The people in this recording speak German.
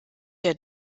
der